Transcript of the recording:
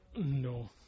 No